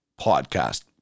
podcast